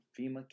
FEMA